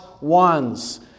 ones